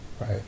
Right